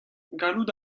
gallout